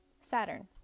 Saturn